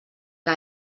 que